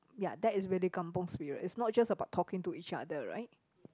ya that is really kampung spirit it's not just about talking to each other right